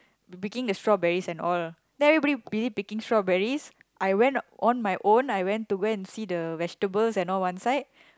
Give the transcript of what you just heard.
picking the strawberries and all then everybody be it picking strawberries I went on my own I went to go and see the vegetables and all one side